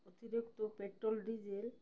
অতিরিক্ত petrol diesel